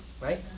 right